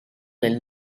del